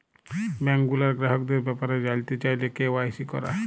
bank গুলার গ্রাহকদের ব্যাপারে জালতে চাইলে কে.ওয়াই.সি ক্যরা